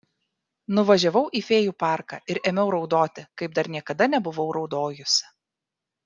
nuvažiavau į fėjų parką ir ėmiau raudoti kaip dar niekada nebuvau raudojusi